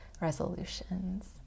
resolutions